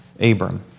Abram